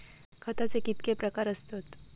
खताचे कितके प्रकार असतत?